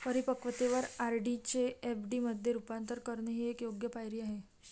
परिपक्वतेवर आर.डी चे एफ.डी मध्ये रूपांतर करणे ही एक योग्य पायरी आहे